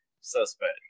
suspect